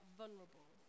vulnerable